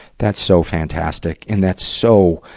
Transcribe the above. that's so fantastic. and that's so,